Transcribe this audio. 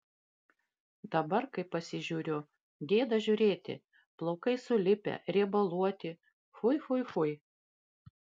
dabar kai pasižiūriu gėda žiūrėti plaukai sulipę riebaluoti fui fui fui